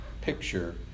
picture